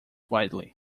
widely